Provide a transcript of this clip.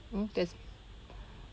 mm there's